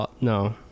no